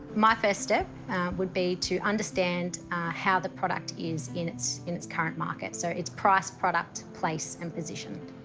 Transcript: my first step would be to understand how the product is in it's in it's current market, so it's price, product, place and position.